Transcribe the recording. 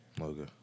Okay